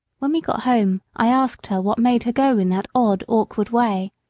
when we got home i asked her what made her go in that odd, awkward way.